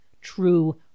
true